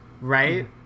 right